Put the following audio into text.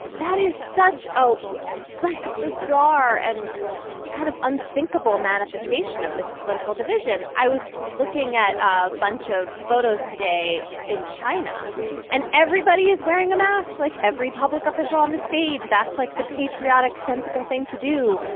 that is such a like bizarre and kind of unthinkable manifestation of this political division. i was looking at a bunch of photos today in china and everybody is wearing a mask like every public official on the stage. that's like the patriotic, sensible thing to do.